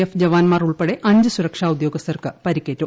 F ജവാൻമാർ ഉൾപ്പെടെ അഞ്ച് സുരക്ഷാ ഉദ്യേഗസ്ഥർക്ക് പരിക്കേറ്റു